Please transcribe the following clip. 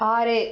ஆறு